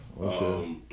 Okay